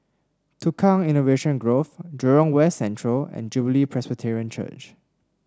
Tukang Innovation Grove Jurong West Central and Jubilee Presbyterian Church